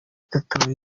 itatu